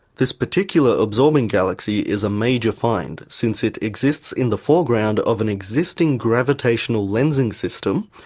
this particular absorbing galaxy is a major find since it exists in the foreground of an existing gravitational lensing system,